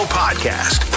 podcast